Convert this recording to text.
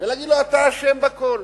ולהגיד לו: אתה אשם בכול?